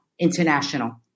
international